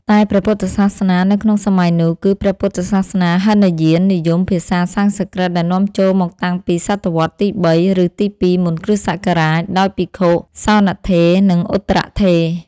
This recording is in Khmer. តែព្រះពុទ្ធសាសនានៅក្នុងសម័យនោះ គឺព្រះពុទ្ធសាសនាហីនយាននិយម ភាសាសំស្ក្រឹតដែលនាំចូលមកតាំងពីសតវត្សទី៣ ឬ ទី២ មុនគ.ស. ដោយភិក្ខុ សោណត្ថេរ និងឧត្តរត្ថេរ ។